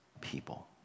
people